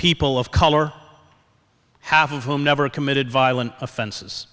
people of color half of whom never committed violent offenses